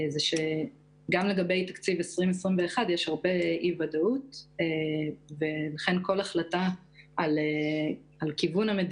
גם לגבי תקציב 2021 יש הרבה אי-ודאות ולכן כל החלטה על מדיניות